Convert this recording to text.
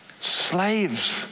Slaves